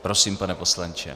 Prosím, pane poslanče.